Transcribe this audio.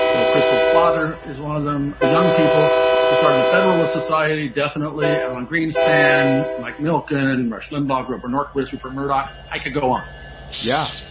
bill kristol, his father is one of them. the young people who started the federalist society, definitely alan greenspan, mike milken, and and rush limbaugh, grover norquist, rupert murdoch. i could go on yeah,